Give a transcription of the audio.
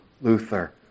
Luther